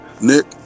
Nick